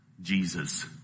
Jesus